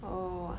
oh